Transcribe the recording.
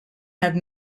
have